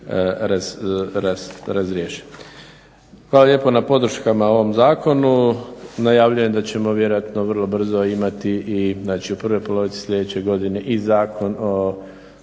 razriješe. Hvala lijepo na podrškama ovom zakonu. Najavljujem da ćemo vjerojatno vrlo brzo imati i znači u prvoj polovici sljedeće godine i Zakon o